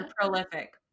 prolific